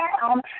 down